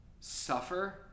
suffer